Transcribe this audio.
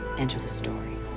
enter the story.